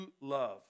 love